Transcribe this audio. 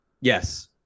Yes